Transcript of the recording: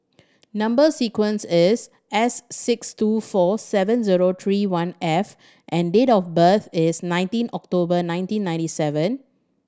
number sequence is S six two four seven zero three one F and date of birth is nineteen October nineteen ninety seven